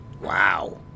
wow